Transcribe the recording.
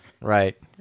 Right